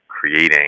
creating